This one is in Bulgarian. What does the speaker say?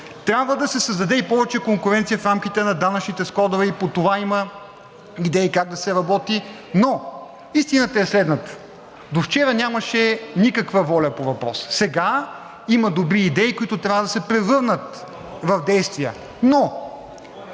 Трябва да се създаде и повече конкуренция в рамките на данъчните складове – и по това има идеи как да се работи. Но истината е следната: до вчера нямаше никаква воля по въпроса. Сега има добри идеи, които трябва да се превърнат в действия, но